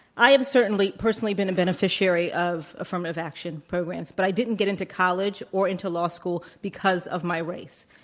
i am certainly personally been a beneficiary of affirmative action programs, but i didn't get into college or into law school because of my race.